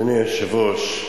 אדוני היושב-ראש,